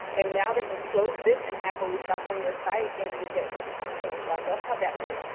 and now they can close this and happily shop on your site and use that discount code. so i love how that works.